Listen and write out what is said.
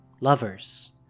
lovers